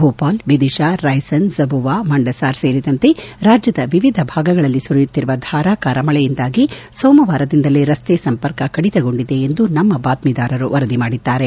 ಭೂಪಾಲ್ ವಿಧಿಶಾ ರೈಸನ್ ಝಬುವಾ ಮಂಡಸ್ಲಾರ್ ಸೇರಿದಂತೆ ರಾಜ್ದದ ವಿವಿಧ ಭಾಗಗಳಲ್ಲಿ ಸುರಿಯುತ್ತಿರುವ ಧಾರಾಕಾರ ಮಳೆಯಿಂದಾಗಿ ಸೋಮವಾರದಿಂದಲೇ ರಸ್ತೆ ಸಂಪರ್ಕ ಕಡಿತಗೊಂಡಿದೆ ಎಂದು ನಮ್ಮ ಬಾತ್ವೀದಾರರು ವರದಿ ಮಾಡಿದ್ದಾರೆ